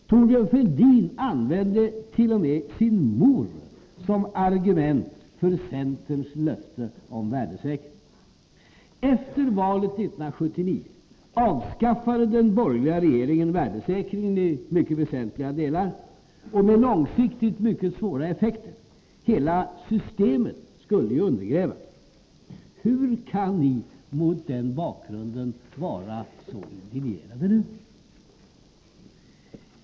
Thorbjörn Fälldin använde t.o.m. sin mor som argument för centerns löfte om värdesäkring. Efter valet 1979 avskaffade den borgerliga regeringen värdesäkringen i mycket väsentliga delar och med långsiktigt mycket svåra effekter. Hela systemet skulle komma att undergrävas. Hur kan ni mot den bakgrunden vara så indignerade nu?